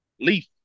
leaf